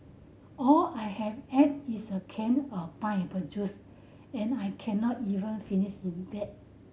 all I have had is a can of pineapple juice and I can not even finish that